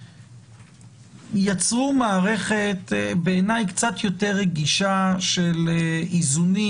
יצרו בעיני מערכת קצת יותר רגישה של איזונים